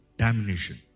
damnation